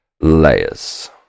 layers